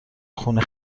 خونه